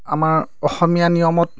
আমাৰ অসমীয়া নিয়মত